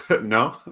no